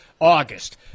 August